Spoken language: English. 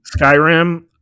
Skyrim